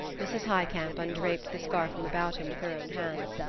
mrs. highcamp undraped the scarf from about him with her own hands.